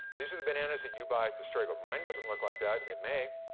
these are the bananas that you buy at the store. you go, mine doesn't look like that. it may.